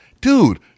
dude –